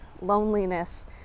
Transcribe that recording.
loneliness